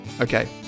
Okay